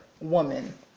woman